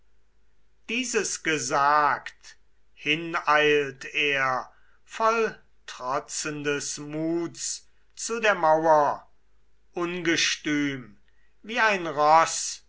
dieses gesagt hineilt er voll trotzendes muts zu der mauer ungestüm wie ein roß